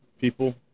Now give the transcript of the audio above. people